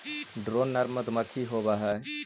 drone नर मधुमक्खी होवअ हई